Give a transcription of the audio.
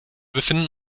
befinden